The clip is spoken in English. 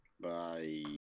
Bye